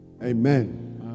Amen